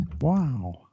Wow